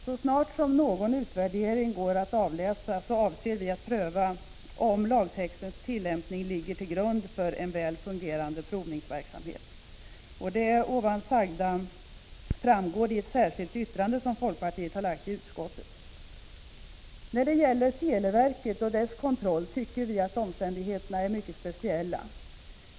Så snart som någon utvärdering kan avläsas avser vi att pröva om lagtextens tillämpning ligger till grund för en väl fungerande provningsverksamhet. Det här sagda framgår i ett särskilt yttrande från folkpartiet i utskottet. När det gäller televerket och dess kontroll tycker vi att omständigheterna är mycket speciella.